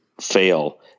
fail